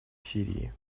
сирии